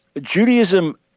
Judaism